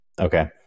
Okay